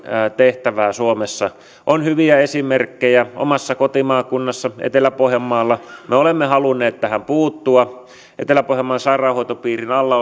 tehtävää suomessa ja on hyviä esimerkkejä omassa kotimaakunnassani etelä pohjanmaalla me olemme halunneet tähän puuttua etelä pohjanmaan sairaanhoitopiirin alla